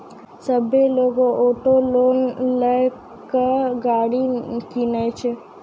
सभ्भे लोगै auto loan लेय के गाड़ी किनै छै